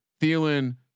Thielen